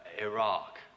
Iraq